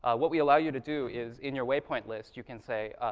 ah what we allow you to do is, in your way point list, you can say